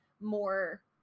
more